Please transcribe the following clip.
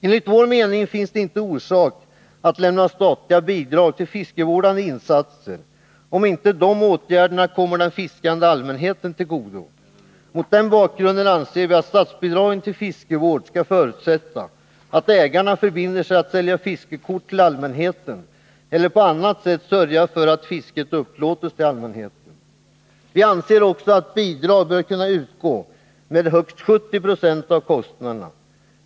Enligt vår mening finns det inte orsak att lämna statliga bidrag till fiskevårdande insatser om inte dessa åtgärder kommer den fiskande allmänheten till godo. Mot denna bakgrund anser vi att statsbidragen till fiskevård skall förutsätta att ägarna förbinder sig att sälja fiskekort till allmänheten eller på annat sätt sörjer för att fisket upplåts till allmänheten. Vi anser också att bidrag bör kunna utgå med högst 70 96 av kostnaderna.